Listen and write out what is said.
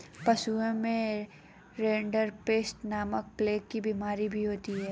पशुओं में रिंडरपेस्ट नामक प्लेग की बिमारी भी होती है